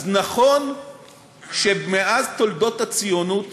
אז נכון שבתולדות הציונות